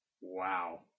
Wow